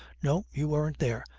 no, you weren't there.